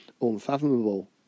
Unfathomable